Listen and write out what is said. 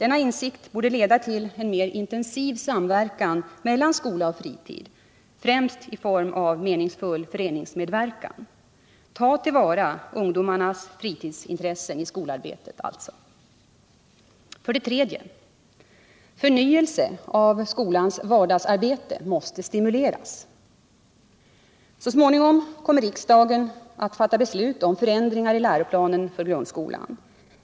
Denna insikt borde leda till en mer intensiv samverkan mellan skola och fritid, främst i form av meningsfull föreningsmedverkan. Ta alltså till vara ungdomarnas fritidsintressen i skolarbetet! 3. Förnyelse av skolans vardagsarbete måste stimuleras! Så småningom kommer riksdagen att fatta beslut om förändringar i läroplanen för grundskolan.